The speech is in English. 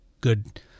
good